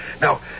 Now